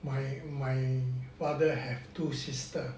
my my father have two sister